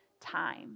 time